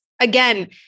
again